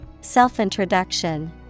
Self-introduction